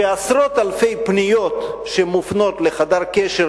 עשרות אלפי פניות שמופנות לחדר-קשר